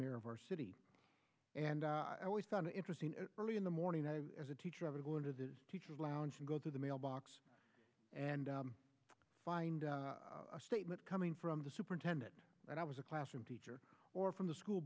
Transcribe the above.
mayor of our city and i always found interesting early in the morning as a teacher ever going to the teachers lounge and go through the mailbox and find a statement coming from the superintendent that i was a classroom teacher or from the school